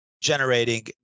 generating